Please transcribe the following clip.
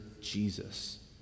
Jesus